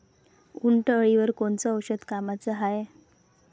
उंटअळीवर कोनचं औषध कामाचं हाये?